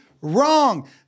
wrong